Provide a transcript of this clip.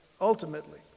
ultimately